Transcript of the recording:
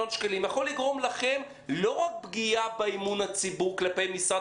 שקלים יכול לגרום לכם לא רק פגיעה באמון הציבור כלפי משרד